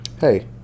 Hey